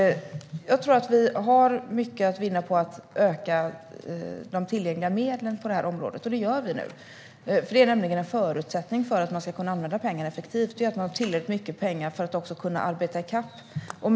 Jag tror att vi har mycket att vinna på att öka de tillgängliga medlen på det här området, och det gör vi nu. Det är nämligen en förutsättning för att man ska kunna använda pengarna effektivt - att man har tillräckligt mycket pengar för att också kunna komma i kapp med arbetet.